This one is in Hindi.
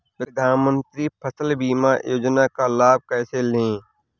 प्रधानमंत्री फसल बीमा योजना का लाभ कैसे लें?